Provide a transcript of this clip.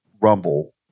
rumble